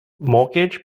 mortgage